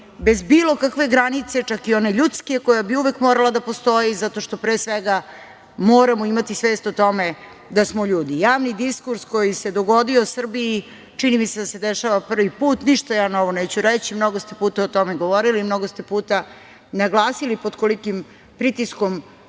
bez bilo kakve granice, čak i one ljudske koja bi uvek morala da postoji zato što moramo imati svest o tome da smo ljudi. Javni diskurs koji se dogodio Srbiji, čini mi se da se dešava prvi put. Ništa ja novo neću reći, mnogo ste puta o tome govorili, mnogo ste puta naglasili pod kolikim pritiskom